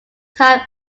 time